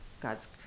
God's